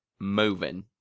moving